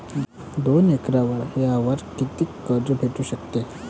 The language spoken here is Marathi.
दोन एकर वावरावर कितीक कर्ज भेटू शकते?